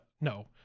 no